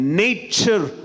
nature